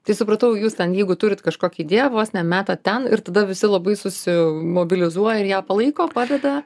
tai supratau jūs ten jeigu turit kažkokią idėją vos ne metat ten ir tada visi labai susimobilizuoja ir ją palaiko padeda